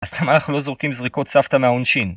אז למה אנחנו לא זורקים זריקות סבתא מהעונשין?